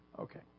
Okay